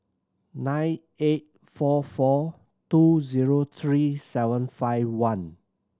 nine eight four four two zero three seven five one